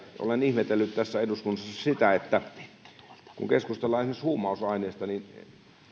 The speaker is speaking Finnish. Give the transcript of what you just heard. olen ihmetellyt tässä eduskunnassa sitä että kun keskustellaan esimerkiksi huumausaineista niin